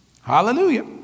Hallelujah